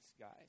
guys